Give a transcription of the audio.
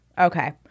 okay